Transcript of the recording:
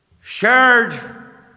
shared